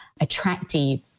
attractive